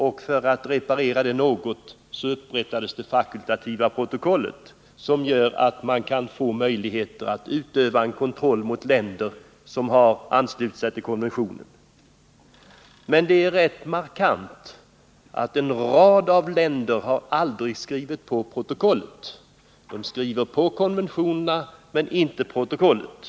För att något reparera detta upprättade man det fakultiva protokollet, som ger möjlighet att utöva kontroll mot länder som har anslutit sig till konventionerna. Men det är rätt betecknande att en rad länder inte har skrivit på protokollet. De undertecknar konventionerna, men inte protokollet.